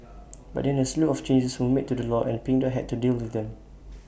but then A slew of changes were made to the law and pink dot had to deal with them